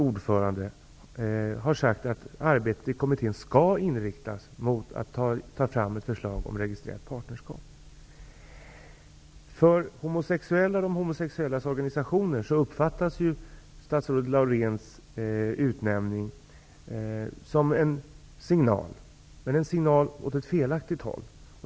ordföranden, har sagt att arbetet i kommittén skall inriktas på att ta fram ett förslag om registrerat partnerskap. Homosexuella och deras organisationer i Sverige uppfattar statsrådet Lauréns utnämning som en signal, men åt ett felaktigt håll.